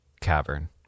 cavern